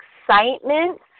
excitement